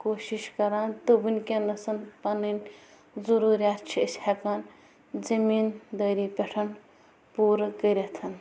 کوٗشش کَران تہٕ وٕنکٮ۪نسٕے پنٕنۍ ضرورِیات چھِ أسۍ ہٮ۪کان زٔمیٖن دٲری پٮ۪ٹھ پورٕ کٔرِتھ